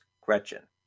Gretchen